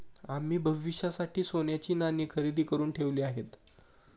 आम्ही भविष्यासाठी सोन्याची नाणी खरेदी करुन ठेवली आहेत